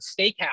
Steakhouse